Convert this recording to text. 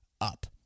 up